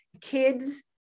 kids